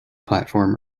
platform